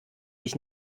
ich